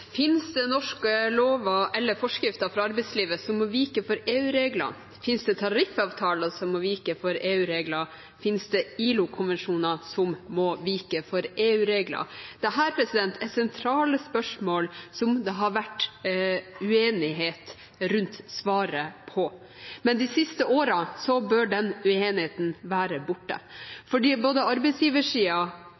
Finnes det norske lover eller forskrifter fra arbeidslivet som må vike for EU-regler? Finnes det tariffavtaler som må vike for EU-regler? Finnes det ILO-konvensjoner som må vike for EU-regler? Dette er sentrale spørsmål der det har vært uenighet rundt svaret. Men de siste årene bør den uenigheten være borte,